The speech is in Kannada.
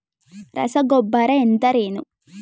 ರಸಗೊಬ್ಬರ ಎಂದರೇನು?